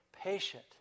patient